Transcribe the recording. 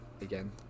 again